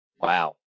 Wow